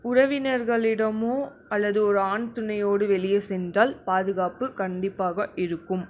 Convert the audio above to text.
உறவினர்களிடமோ அல்லது ஒரு ஆண் துணையோடு வெளியே சென்றால் பாதுகாப்பு கண்டிப்பாக இருக்கும்